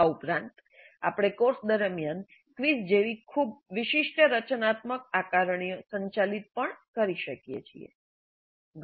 આ ઉપરાંત આપણે કોર્સ દરમિયાન ક્વિઝ જેવી ખૂબ વિશિષ્ટ રચનાત્મક આકારણીઓ સંચાલિત પણ કરી શકીએ છીએ